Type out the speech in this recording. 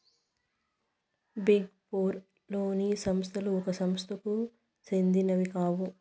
big four లోని సంస్థలు ఒక సంస్థకు సెందినవి కావు